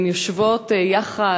הן יושבות יחד,